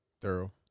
thorough